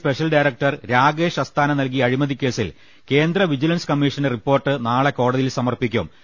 I special director Rakesh Asthana നൽകിയ അഴിമതിക്കേസിൽ കേന്ദ്ര വിജി ലൻസ് കമ്മീഷന്റെ റിപ്പോർട്ട് നാളെ കോടതിയിൽ സമർപ്പിക്കും